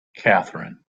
catherine